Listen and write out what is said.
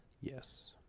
Yes